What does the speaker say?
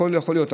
הכול יכול להיות.